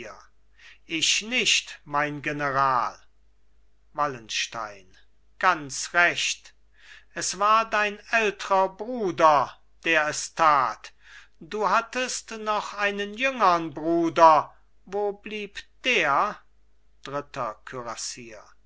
ich nicht mein general wallenstein ganz recht es war dein ältrer bruder der es tat du hattest noch einen jüngern bruder wo blieb der dritter